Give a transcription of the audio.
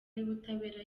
y’ubutabera